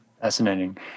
Fascinating